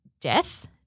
death